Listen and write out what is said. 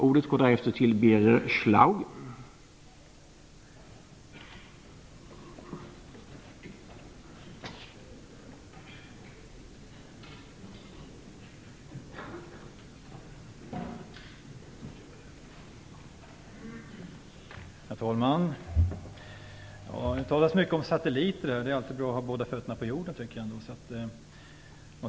Herr talman! Det har talats mycket om satelliter, men det är alltid bra att ha båda fötterna på jorden.